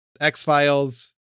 X-Files